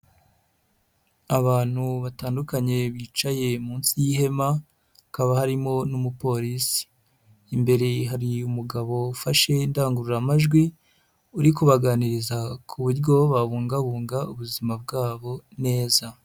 Abantu batandukanye bicaye munsi y'ihema hakaba harimo n'umupolisi, imbere hari umugabo ufashe indangururamajwi uri kubaganiriza ku buryo babungabunga ubuzima bwabo neza.